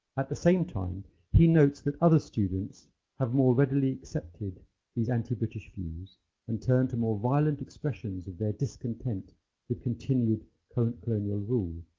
at the same time he notes that other students have more readily accepted these anti-british views and turned to more violent expressions of their discontent with continued colonial rule.